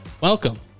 Welcome